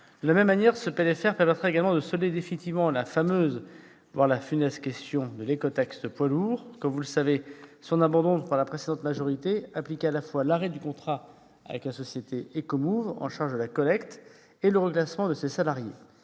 de finances rectificative permettra également de solder définitivement la fameuse, voire la funeste, question de l'écotaxe poids lourds. Comme vous le savez, son abandon par la précédente majorité impliquait à la fois l'arrêt du contrat avec la société Ecomouv', en charge de la collecte, et le reclassement de ses salariés.